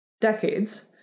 decades